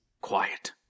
Quiet